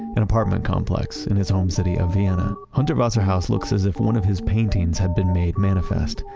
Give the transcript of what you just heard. an apartment complex in his home city of vienna. hundertwasser house looks as if one of his paintings had been made manifest.